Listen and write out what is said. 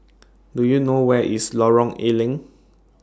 Do YOU know Where IS Lorong A Leng